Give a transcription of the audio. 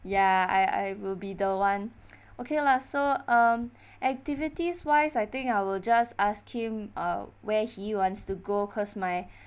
ya I I will be the one okay lah so um activities wise I think I will just ask him uh where he wants to go cause my